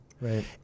right